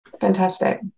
fantastic